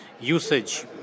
usage